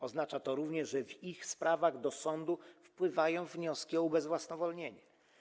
Oznacza to również, że w ich sprawach do sądu wpływają wnioski o ubezwłasnowolnienie.